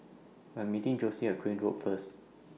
I'm meeting Jossie At Crane Road First